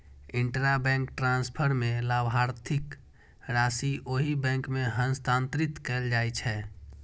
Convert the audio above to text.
intrabank transfer मे लाभार्थीक राशि ओहि बैंक मे हस्तांतरित कैल जाइ छै